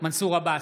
מנסור עבאס,